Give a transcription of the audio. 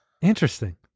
Interesting